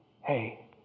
Hey